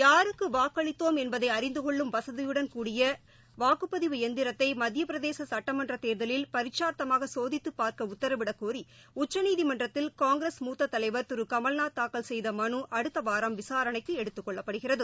யாருக்குவாக்களித்தோம் என்பதைஅறிந்துகொள்ளும் வசதியுடன் கூடிய வாக்குப்பதிவு எந்திரத்தைமத்தியபிரதேசசட்டமன்றதேர்தலில் பரிட்ச்சார்த்தமாகசோதித்துபார்க்கஉத்தரவிடக்கோரிடச்சநீதிமன்றத்தில் காங்கிரஸ் தலைவர் முத்த திருகமல்நாத் தாக்கல் செய்தமனுஅடுத்தவாரம் விசாரணைக்குஎடுத்துக் கொள்ளப்படுகிறது